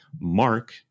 Mark